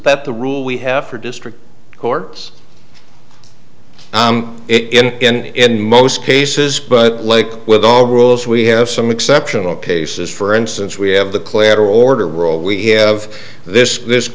that the rule we have for district courts it in in most cases but like with all rules we have some exceptional cases for instance we have the clatter order roll we have this this